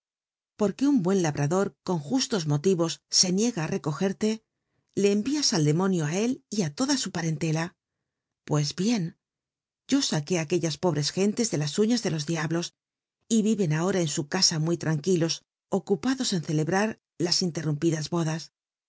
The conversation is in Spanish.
porque un buen labrador con juslos molí os e niega it reco rle le em ias al demonio á él y á lotla u parenlela pn hicn o aqué it aquellas pobre h n lc de las uíias de los diablos y viven ahora en su ca a mu y lranquilo ocupados en celebrar las inlcrru mpidas bodas